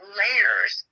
layers